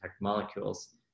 molecules